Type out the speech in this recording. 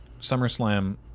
SummerSlam